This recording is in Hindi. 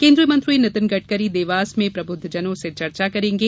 केंद्रीय मंत्री नितिन गडकरी देवास में प्रबुद्धजनों से चर्चा करेंगे